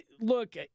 look